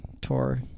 tour